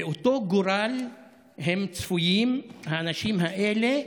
ואותו גורל צפוי לאנשים האלה,